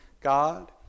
God